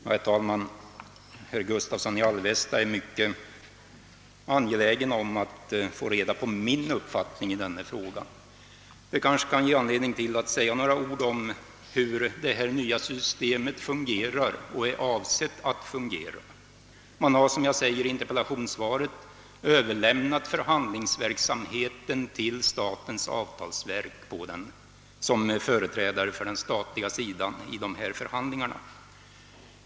Herr talman! Herr Gustavsson i Alvesta är mycket angelägen om att få reda på min uppfattning i denna fråga. Jag bör kanske därför säga några ord om hur det nya systemet fungerar. Man har, som jag nämner i svaret, överlämnat förhandlingsverksamheten till statens avtalsverk som företrädare för den statliga sidan i förhandlingarna.